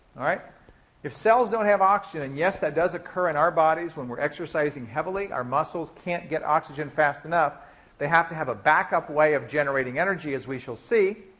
if cells don't have oxygen and yes, that does occur in our bodies, when we're exercising heavily our muscles can't get oxygen fast enough they have to have a backup way of generating energy, as we shall see.